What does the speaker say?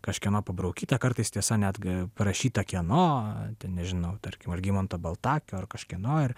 kažkieno pabraukyta kartais tiesa netgi parašyta kieno nežinau tarkim algimanto baltakio ar kažkieno ir